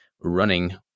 running